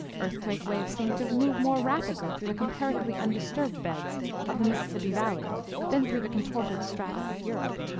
earthquake waves seem to move more rapidly through the comparatively undisturbed beds of the mississippi valley than through the contorted strata of europe.